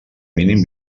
mínim